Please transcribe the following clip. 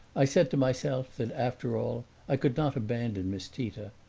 i said to myself that after all i could not abandon miss tita,